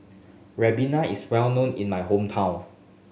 Ribena is well known in my hometown